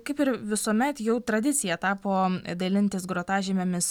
kaip ir visuomet jau tradicija tapo dalintis grotažymėmis